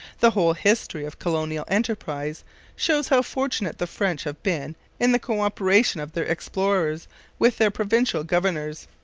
the whole history of colonial enterprise shows how fortunate the french have been in the co-operation of their explorers with their provincial governors.